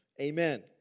Amen